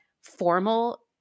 formal